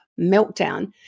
meltdown